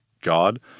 god